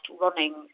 running